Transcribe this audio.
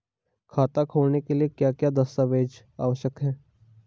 खाता खोलने के लिए क्या क्या दस्तावेज़ आवश्यक हैं?